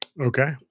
Okay